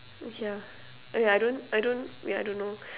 okay lah !aiya! I don't I don't ya I don't know